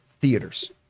theaters